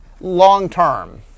long-term